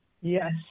Yes